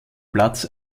platz